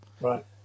Right